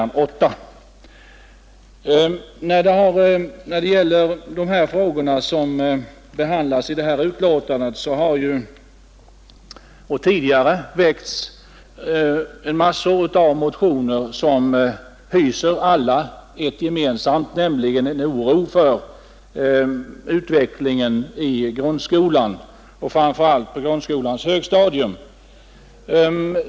När det gäller de frågor som behandlas i detta betänkande så har nu och tidigare en mängd motioner väckts som alla har ett gemensamt, nämligen en oro för utvecklingen i grundskolan och framför allt på grundskolans högstadium.